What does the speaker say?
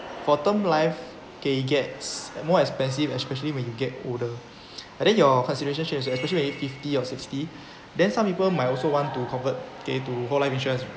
for term life okay it gets more expensive especially when you get older and then your consideration should be especially you fifty or sixty then some people might also want to convert okay to whole life insurance